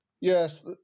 Yes